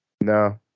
No